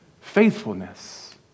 Faithfulness